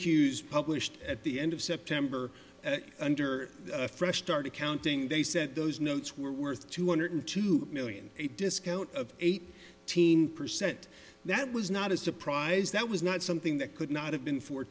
q s published at the end of september under a fresh start accounting they said those notes were worth two hundred two million a discount of eight eighteen percent that was not a surprise that was not something that could not have been fo